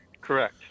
Correct